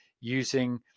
using